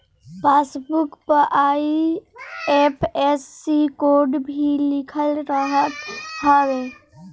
passbook पअ IFSC code भी लिखल रहत हवे